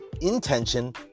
intention